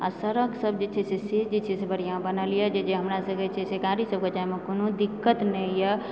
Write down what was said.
आ सड़क सब जे छै से जे छै से बढ़िआंँ बनल यऽ जे हमरासबकेँ जे छै से गाड़ीसंँ जाहिमे कोनो दिक्कत नहि यऽ